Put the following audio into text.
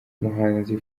umuhanzi